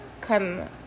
come